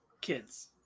kids